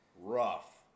Rough